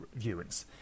viewings